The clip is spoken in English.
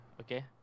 okay